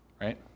right